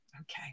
Okay